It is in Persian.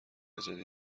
جدید